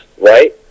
right